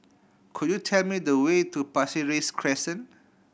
could you tell me the way to Pasir Ris Crescent